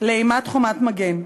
לאימת "חומת מגן".